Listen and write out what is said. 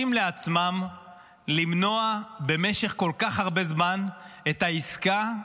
לעצמם למנוע במשך כל כך הרבה זמן את העסקה,